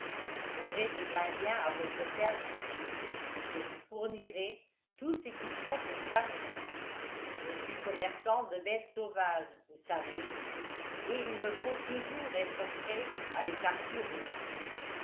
j'aurais des indiens à votre service et je vous fournirais tout ce qu'il faut pour chasser je suis commerçant de bêtes sauvages vous savez et il me faut toujours être prêt à les capturer